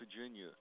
Virginia